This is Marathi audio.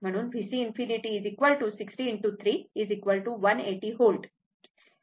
म्हणून Vc ∞ 60 ✕ 3 180 V